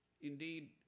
indeed